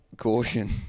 Caution